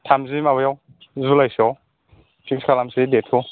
थामजि माबायाव जुलाइसोआव पिक्स खालामसै डेटखौ